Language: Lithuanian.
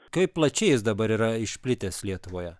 kaip plačiai jis dabar yra išplitęs lietuvoje